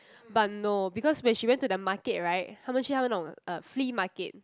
but no because when she went to the market right 他们去那种 uh flea market